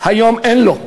היום אין לו.